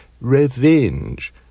Revenge